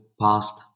past